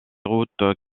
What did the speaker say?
routes